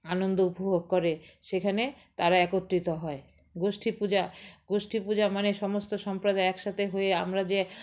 আনন্দ উপভোগ করে সেখানে তারা একত্রিত হয় গোষ্ঠী পূজা গোষ্ঠী পূজা মানে সমস্ত সম্প্রদায় একসাথে হয়ে আমরা যে